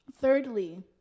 Thirdly